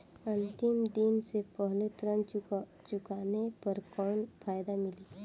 अंतिम दिन से पहले ऋण चुकाने पर कौनो फायदा मिली?